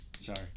Sorry